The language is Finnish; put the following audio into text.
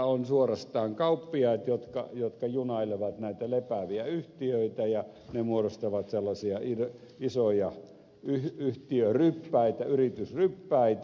elikkä suorastaan on kauppiaita jotka junailevat näitä lepääviä yhtiöitä ja ne muodostavat sellaisia isoja yhtiöryppäitä yritysryppäitä